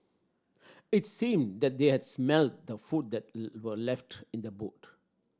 it seemed that they had smelt the food that were left in the boot